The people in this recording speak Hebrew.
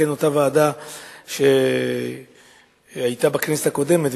לכן אותה ועדה שהיתה בכנסת הקודמת,